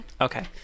Okay